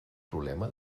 problema